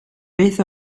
beth